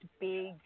big